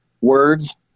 words